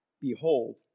Behold